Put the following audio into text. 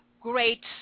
Great